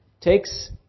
takes